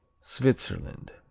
Switzerland